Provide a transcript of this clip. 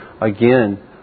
again